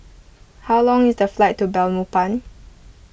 how long is the flight to Belmopan